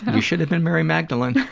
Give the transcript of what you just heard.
and you should've been mary magdeline.